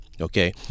okay